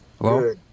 Hello